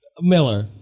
Miller